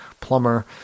plumber